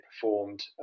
performed